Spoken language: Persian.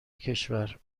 کشور